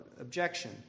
objection